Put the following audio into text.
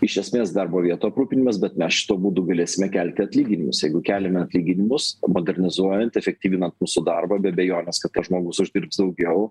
iš esmės darbo vietų aprūpinimas bet mes šituo būdu galėsime kelti atlyginimus jeigu keliame atlyginimus modernizuojant efektyvinant mūsų darbą be abejonės kad tas žmogus uždirbs daugiau